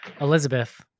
Elizabeth